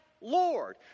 Lord